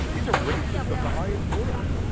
he's a racist of the highest order.